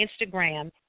Instagram